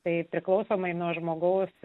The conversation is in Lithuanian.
tai priklausomai nuo žmogaus